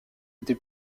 été